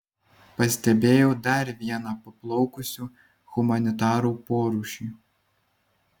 pastebėjau dar vieną paplaukusių humanitarų porūšį